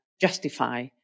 justify